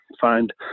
find